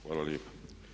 Hvala lijepo.